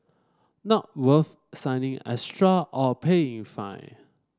not worth signing extra or paying fine